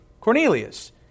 Cornelius